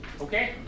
okay